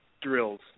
drills